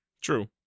True